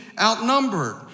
outnumbered